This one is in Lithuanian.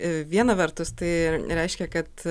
viena vertus tai reiškia kad